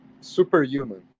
superhuman